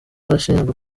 arashinjwa